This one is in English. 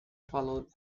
followed